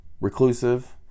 reclusive